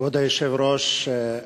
כבוד היושב-ראש,